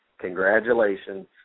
Congratulations